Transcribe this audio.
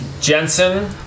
Jensen